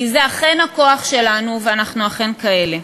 כי זה אכן הכוח שלנו ואנחנו אכן כאלה.